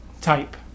type